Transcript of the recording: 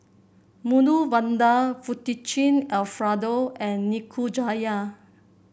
Medu Vada Fettuccine Alfredo and Nikujaga